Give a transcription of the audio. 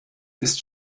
ist